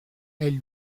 elle